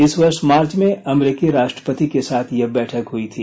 इस वर्ष मार्च में अमरीकी राष्ट्रपति के साथ यह बैठक हई थी